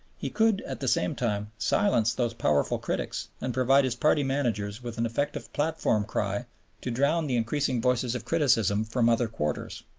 he could at the same time silence those powerful critics and provide his party managers with an effective platform cry to drown the increasing voices of criticism from other quarters.